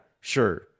sure